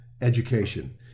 education